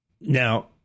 now